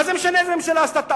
מה זה משנה איזו ממשלה עשתה טעות,